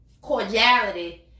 cordiality